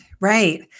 right